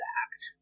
act